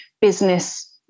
business